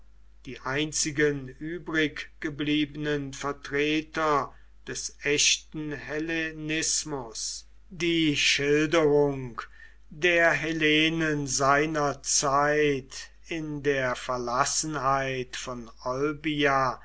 die einzigen übriggebliebenen vertreter des echten hellenismus die schilderung der hellenen seiner zeit in der verlassenheit von olbia